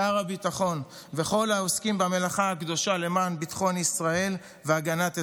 שר הביטחון וכל העוסקים במלאכה הקדושה למען ביטחון ישראל והגנת אזרחיה.